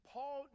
Paul